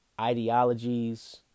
ideologies